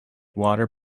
water